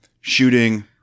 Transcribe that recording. shooting